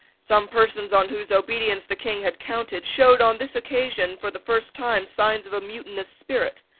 some persons on whose obedience the king had counted showed, on this occasion, for the first time, signs of a mutinous spirit.